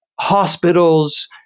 hospitals